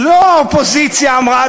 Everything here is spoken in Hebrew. לא האופוזיציה אמרה,